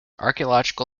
archaeological